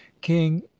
King